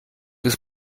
ist